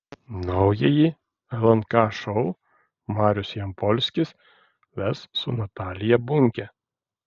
naująjį lnk šou marius jampolskis ves su natalija bunke